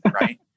right